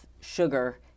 Sugar